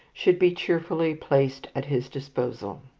should be cheerfully placed at his disposal.